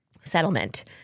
settlement